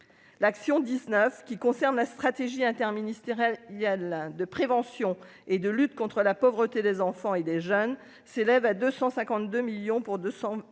l'action 19 qui concerne la stratégie interministérielle, il y a de la, de prévention et de lutte contre la pauvreté des enfants et des jeunes s'élève à 252 millions pour 200